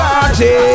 Party